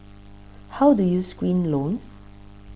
how do you screen loans